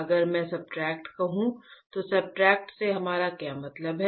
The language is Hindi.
अगर मैं सब्सट्रेट कहूं तो सब्सट्रेट से हमारा क्या मतलब है